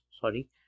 sorry